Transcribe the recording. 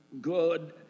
good